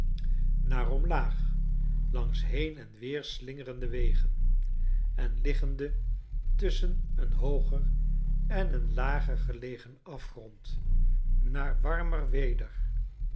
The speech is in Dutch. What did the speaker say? naar omlaag langs heen en weer slingerende wegen en liggende tusschen een hooger en een lager gel egen afgrond naar warmer weder